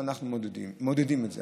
אנחנו מעודדים את זה.